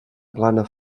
plana